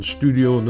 Studio